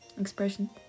expression